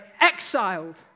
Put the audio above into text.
exiled